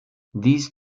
these